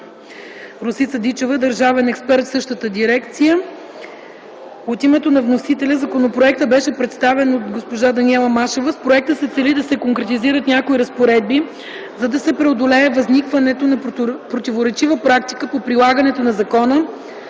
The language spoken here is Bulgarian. Росица Дичева – държавен експерт в същата дирекция. От името на вносителя законопроектът беше представен от госпожа Даниела Машева. С проекта се цели да се конкретизират някои разпоредби, за да се преодолее възникването на противоречива практика по прилагането на закона,